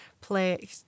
Play